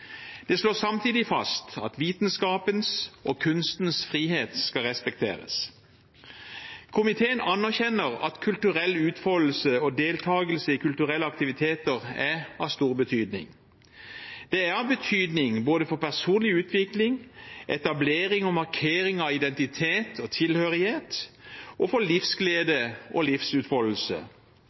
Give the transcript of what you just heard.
som slår fast: «Statens myndigheter skal respektere og legge forholdene til rette for at den enkelte kan delta i kulturaktiviteter og oppleve et mangfold av kulturuttrykk.» Samtidig slås det fast: «Vitenskapens og kunstens frihet skal respekteres.» Komiteen anerkjenner at kulturell utfoldelse og deltagelse i kulturelle aktiviteter er av stor betydning. Det er av betydning både